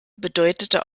bedeutete